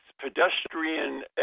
pedestrian